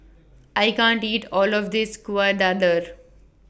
I can't eat All of This Kueh Dadar